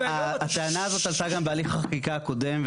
הטענה הזאת עלתה גם בהליך החקיקה הקודם,